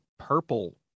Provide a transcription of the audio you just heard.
purple